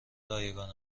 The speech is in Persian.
رایگان